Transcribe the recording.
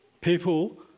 people